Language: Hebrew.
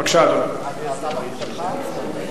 בבקשה, אדוני.